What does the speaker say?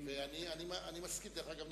דרך אגב,